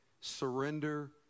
surrender